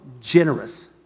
generous